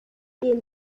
den